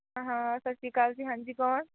ਹਾਂ ਸਤਿ ਸ਼੍ਰੀ ਅਕਾਲ ਜੀ ਹਾਂਜੀ ਕੌਣ